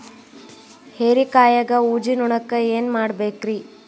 ಹೇರಿಕಾಯಾಗ ಊಜಿ ನೋಣಕ್ಕ ಏನ್ ಮಾಡಬೇಕ್ರೇ?